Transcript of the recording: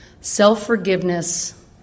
Self-forgiveness